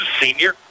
senior